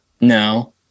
No